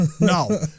No